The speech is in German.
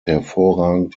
hervorragend